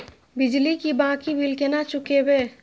बिजली की बाकी बील केना चूकेबे?